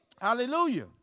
Hallelujah